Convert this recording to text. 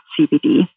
CBD